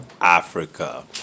Africa